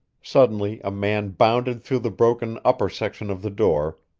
suddenly a man bounded through the broken upper section of the door,